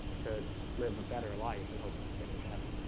to live a better life in hopes of getting into heaven